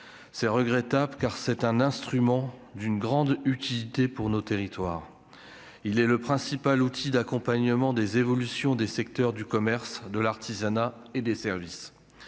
c'est regrettable car c'est un instrument d'une grande utilité pour nos territoires, il est le principal outil d'accompagnement des évolutions des secteurs du commerce, de l'artisanat et des services,